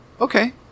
Okay